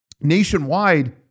nationwide